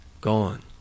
gone